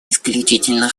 исключительно